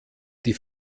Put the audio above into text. die